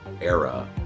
era